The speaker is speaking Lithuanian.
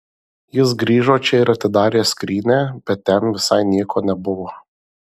jis grįžo čia ir atidarė skrynią bet ten visai nieko nebuvo